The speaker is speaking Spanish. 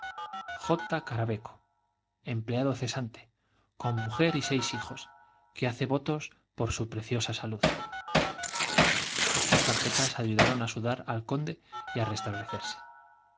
j caraveco empleado cesante con mujer y seis hijos que hace votos por su preciosa salud estas tarjetas ayudaron á sudar al conde y á restablecerse